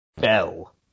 Bell